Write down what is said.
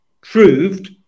proved